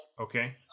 Okay